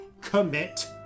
commit